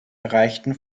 erreichten